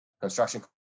construction